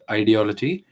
ideology